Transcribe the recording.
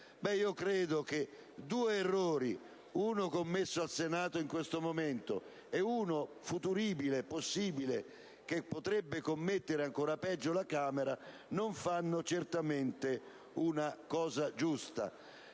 Credo che due errori, uno commesso in Senato in questo momento e uno futuribile, possibile, che potrebbe commettere in termini peggiorativi la Camera, non fanno certamente una cosa giusta.